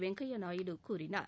வெங்கையா நாயுடு கூறினார்